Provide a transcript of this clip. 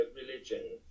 religion